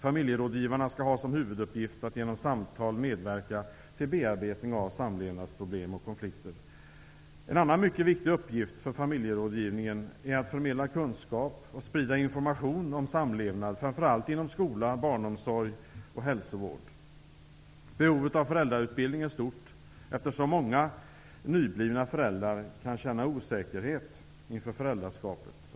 Familjerådgivarna skall ha som huvuduppgift att genom samtal medverka till bearbetning av samlevnadsproblem och konflikter. En annan mycket viktig uppgift för familjerådgivningen är att förmedla kunskap och sprida information om samlevnad framför allt inom skola, barnomsorg och hälsovård. Behovet av föräldrautbildning är stort, eftersom många nyblivna föräldrar kan känna osäkerhet inför föräldraskapet.